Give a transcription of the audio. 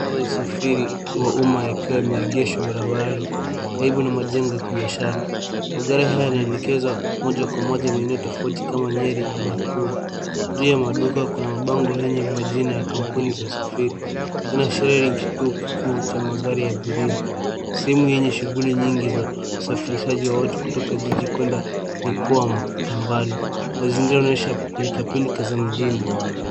Magari ya usafi ya umma yakiwa yameegeshwa barabarani. Hii ni majengo ya kibiashara. Magari haya yanakekza a moja kwa moja maeneo tofauti kama Nyeri na Nakuru. Nje ya maduka kuna mapambo . Inaashiria ni kituo kikuu cha magari ya abiria. Sehemu nyingi za usafishaji watu kutoka jiji kwenda mikoba ya mbali. Mazingira inaonyesha pilka pilka za mjini.